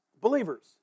believers